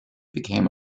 became